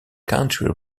country